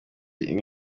y’i